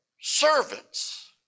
servants